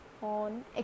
on